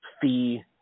fee